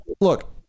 look